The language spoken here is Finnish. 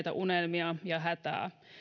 sammuneita unelmia ja hätää